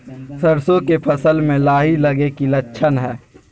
सरसों के फसल में लाही लगे कि लक्षण हय?